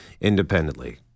independently